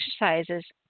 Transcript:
exercises